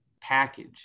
package